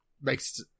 Makes